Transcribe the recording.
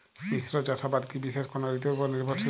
মিশ্র চাষাবাদ কি বিশেষ কোনো ঋতুর ওপর নির্ভরশীল?